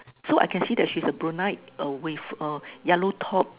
so I can see that she is a brunette with a yellow top